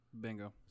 Bingo